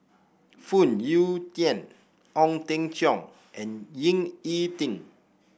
Phoon Yew Tien Ong Teng Cheong and Ying E Ding